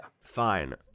Fine